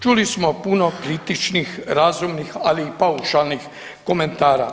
Čuli smo puno kritičnih razumnih ali i paušalnih komentara.